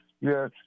Yes